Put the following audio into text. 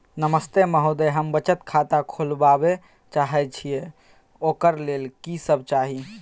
नमस्ते महोदय, हम बचत खाता खोलवाबै चाहे छिये, ओकर लेल की सब चाही?